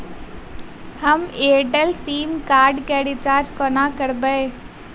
हम Airtel SIM card केँ recharge कोना करबै?